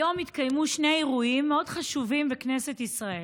היום התקיימו שני אירועים מאוד חשובים בכנסת ישראל: